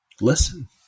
Listen